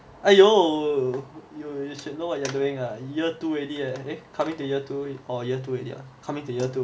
!aiyo! you you should know what you are doing ah year two already eh coming to year two orh year two already ah coming to year two